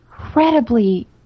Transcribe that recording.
incredibly